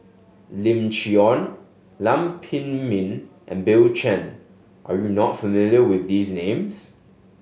Lim Chee Onn Lam Pin Min and Bill Chen are you not familiar with these names